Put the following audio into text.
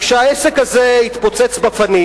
כשהעסק הזה יתפוצץ בפנים,